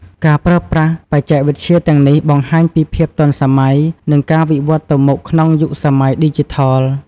ការប្រើប្រាស់បច្ចេកវិទ្យាទាំងនេះបង្ហាញពីភាពទាន់សម័យ និងការវិវឌ្ឍទៅមុខក្នុងយុគសម័យឌីជីថល។